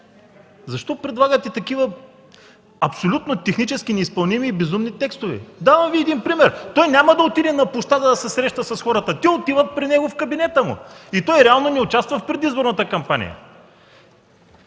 Защо предлагате такива абсолютно технически неизпълними и безумни текстове? (Силен шум и реплики от ГЕРБ.) Давам Ви един пример. Той няма да отиде на площада да се среща с хората, а те отиват при него в кабинета му и той реално не участва в предизборната кампания.